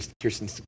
Kirsten